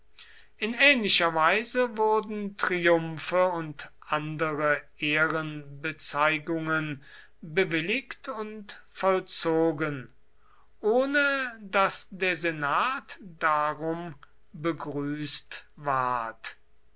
in ähnlicher weise wurden triumphe und andere ehrenbezeigungen bewilligt und vollzogen ohne daß der senat darum begrüßt ward